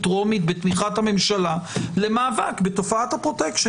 טרומית בתמיכת הממשלה למאבק בתופעת הפרוטקשן.